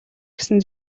гэсэн